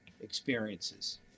experiences